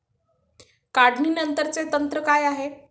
काढणीनंतरचे तंत्र काय आहे?